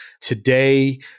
today